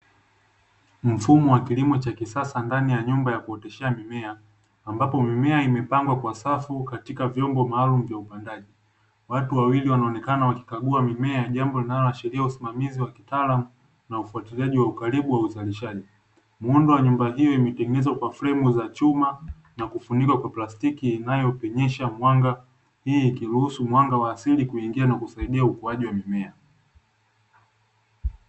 Mfumo wa kilimo cha kisasa ndani ya nyumba ya kuoteshea mimea ambapo mimea imepangwa kwa safu katika vyombo maalumu vya upandaji. Watu wawili wanaonekana wakikagua mimea jambo linaloashiria usimamizi wa kitaalamu na ufuatiliaji wa ukaribu wa uzalishaji. Muundo wa nyumba hiyo imetengenezwa kwa fremu za chuma na kufunikwa kwa plastiki inayopenyesha mwanga, hii ikiruhusu mwanga wa asili kuingia na kusaidia ukuaji wa mimea.